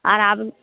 আর